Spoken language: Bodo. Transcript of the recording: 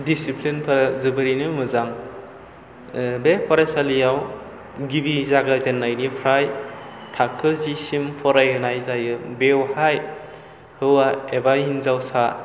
दिसिफ्लिनफोर जोबोरैनो मोजां बे फरायसालियाव गिबि जागाय जेन्नायनिफ्राय थाखो जि सिम फरायनाय जायो बेवहाय हौवा एबा हिन्जावसा